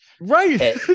right